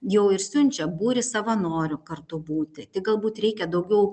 jau ir siunčia būrį savanorių kartu būti tik galbūt reikia daugiau